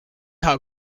how